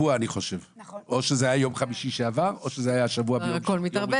זה אלה